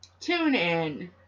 TuneIn